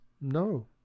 no